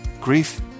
Grief